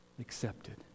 accepted